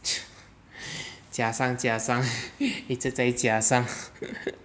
加伤加伤一直在加伤